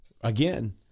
again